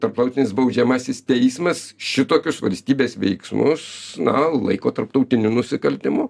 tarptautinis baudžiamasis teismas šitokius valstybės veiksmus na laiko tarptautiniu nusikaltimu